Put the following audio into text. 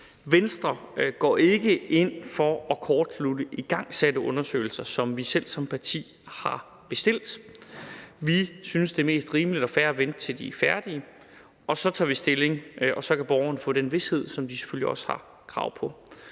Venstre går ikke ind for at kortslutte igangsatte undersøgelser, som vi som parti selv har bestilt. Vi synes, det er mest rimeligt og fair at vente, til de er færdige, og så tager vi stilling, og så kan borgerne få den vished, som de selvfølgelig også har krav på.